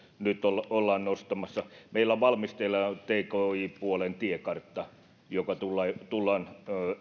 nyt ollaan nostamassa meillä on valmisteilla jo tki puolen tiekartta joka tullaan tullaan